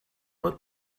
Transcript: let